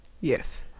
yes